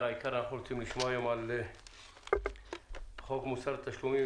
אנחנו רוצים לשמוע היום על חוק מוסר תשלומים,